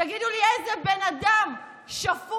תגידו לי איזה בן אדם שפוי,